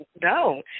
no